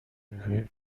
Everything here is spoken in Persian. میکنیم